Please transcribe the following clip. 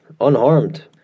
unharmed